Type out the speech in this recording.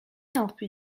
helpu